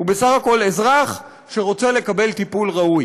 הוא בסך הכול אזרח שרוצה לקבל טיפול ראוי.